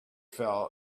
fell